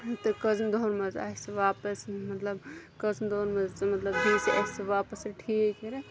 تہٕ کٔژَن دۄہَن منٛز آسہِ واپَس مطلب کٔژَن دۄہَن منٛز ژٕ مطلب دی زِ اَسہِ واپَس سُہ ٹھیٖک کٔرِتھ